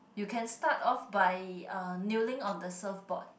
you can start off by uh kneeling on the surfboard